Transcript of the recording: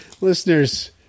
listeners